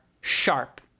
sharp